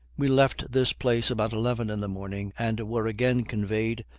we left this place about eleven in the morning, and were again conveyed,